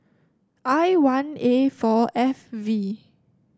I one A four F V